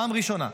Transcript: פעם ראשונה,